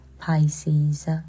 Pisces